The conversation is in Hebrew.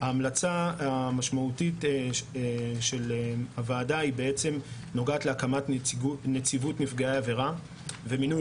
ההמלצה המשמעותית של הוועדה נוגעת להקמת נציבות נפגעי עבירה ומינוי